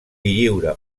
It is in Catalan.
lliura